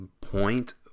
point